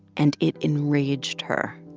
and it enraged her